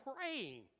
praying